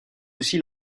aussi